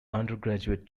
undergraduate